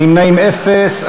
נמנעים אפס.